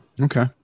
Okay